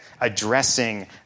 addressing